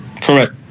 correct